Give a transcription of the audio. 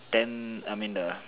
then I mean the